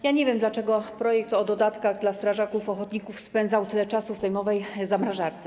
Ja nie wiem, dlaczego projekt o dodatkach dla strażaków ochotników spędzał tyle czasu w sejmowej zamrażarce.